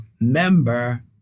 member